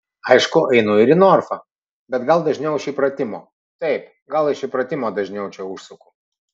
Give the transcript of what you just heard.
aišku einu ir į norfą bet gal dažniau iš įpratimo taip gal iš įpratimo dažniau čia užsuku